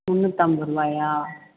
முந்நூற்றம்பருவாயா